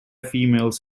females